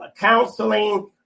counseling